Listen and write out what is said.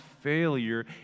failure